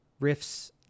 riffs